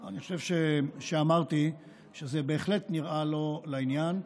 אני חושב שאמרתי שזה בהחלט נראה לא לעניין.